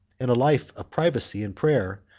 in a life of privacy and prayer,